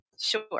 sure